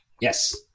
Yes